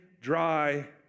dry